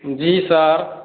जी sir